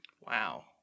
Wow